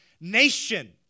nation